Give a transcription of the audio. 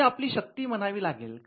ही आपली शक्ती म्हणावी लागेल